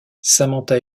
samantha